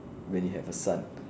when you have a son